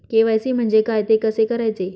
KYC म्हणजे काय? ते कसे करायचे?